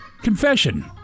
Confession